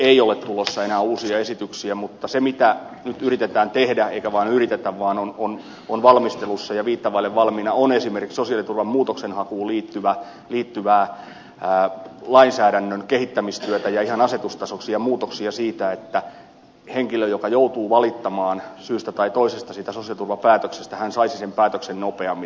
ei ole tulossa enää uusia esityksiä mutta se mitä nyt yritetään tehdä eikä vain yritetä vaan on valmistelussa ja viittä vaille valmiina on esimerkiksi sosiaaliturvan muutoksenhakuun liittyvää lainsäädännön kehittämistyötä ja ihan asetustasoksi ja muutoksia siitä että henkilö joka joutuu valittamaan syystä tai toisesta siitä sosiaaliturvapäätöksestä saisi sen päätöksen nopeammin